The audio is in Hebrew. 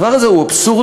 הדבר הזה הוא אבסורדי,